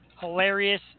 Hilarious